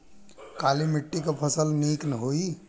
काली मिट्टी क फसल नीक होई?